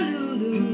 Lulu